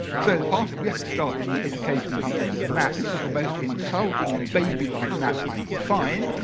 so the part that we have to start in the educational business with a map. this is the most insulting and baby-like map i could find.